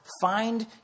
Find